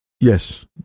Yes